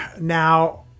now